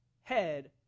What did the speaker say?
head